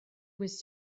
was